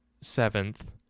seventh